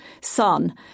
son